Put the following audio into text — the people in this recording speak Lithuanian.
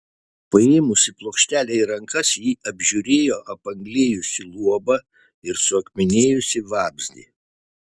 paėmusi plokštelę į rankas ji apžiūrėjo apanglėjusį luobą ir suakmenėjusį vabzdį